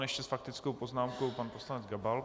Ještě s faktickou poznámkou pan poslanec Gabal.